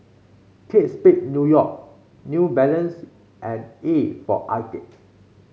Kate Spade New York New Balance and A for Arcade